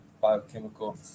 biochemical